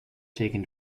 taken